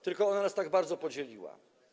Tylko ona nas tak bardzo podzieliła.